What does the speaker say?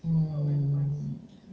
mm